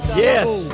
yes